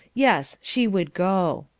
yes, she would go.